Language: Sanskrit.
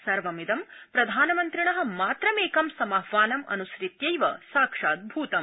सर्वमिदं प्रधानमन्त्रिण मात्रमेकं समाहवानम् अन्सृत्यैव साक्षादभूतम्